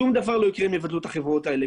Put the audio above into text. שום דבר לא יקרה אם יבטלו את החברות האלה.